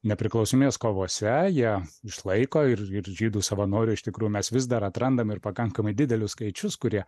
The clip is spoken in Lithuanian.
nepriklausymės kovose jie išlaiko ir ir žydų savanorių iš tikrųjų mes vis dar atrandam ir pakankamai didelius skaičius kurie